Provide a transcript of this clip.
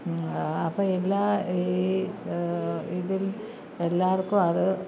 അപ്പം എല്ലാം ഈ ഇതിൽ എല്ലാവർക്കുമത്